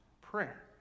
prayer